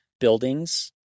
buildings